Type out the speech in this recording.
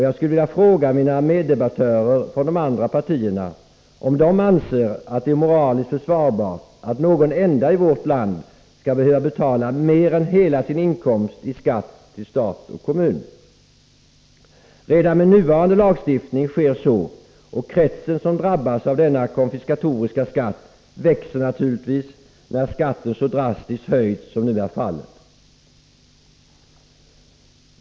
Jag skulle vilja fråga mina meddebattörer från de andra partierna om de anser det moraliskt försvarbart att någon enda i vårt land skall behöva betala mer än hela sin inkomst i skatt till stat och kommun? Redan med nuvarande lagstiftning sker så, och kretsen av dem som drabbas av denna konfiskatoriska skatt växer naturligtvis när skatten så drastiskt höjs som nu är fallet.